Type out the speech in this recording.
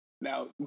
now